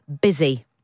busy